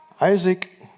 Isaac